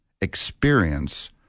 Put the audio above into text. experience